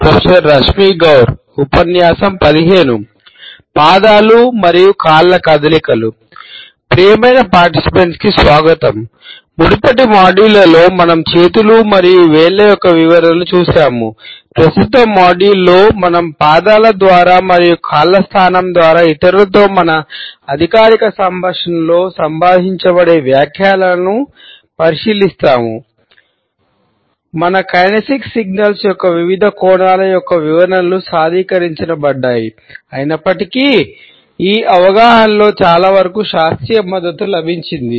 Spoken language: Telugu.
ప్రియమైన పాల్గొనేవారికి మద్దతు లభించింది